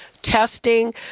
testing